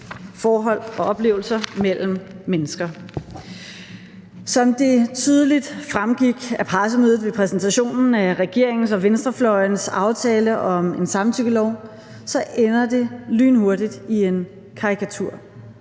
forhold og oplevelser mellem mennesker. Som det tydeligt fremgik af pressemødet ved præsentationen af regeringens og venstrefløjens aftale om en samtykkelov, ender det lynhurtigt i en karikatur.